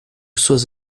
suas